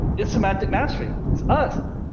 it's semantic mastery. it's us.